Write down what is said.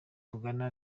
tugana